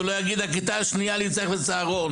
הוא לא יגיד הכיתה השנייה אני צריך לצהרון,